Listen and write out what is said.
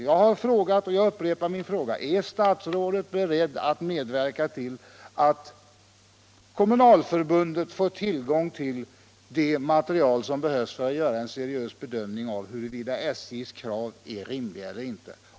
Jag upprepar mina frågor: Är statsrådet beredd att medverka till att Kommunalförbundet får tillgång till det material som behövs för att göra en seriös bedömning av huruvida SJ:s krav är rimliga eller inte?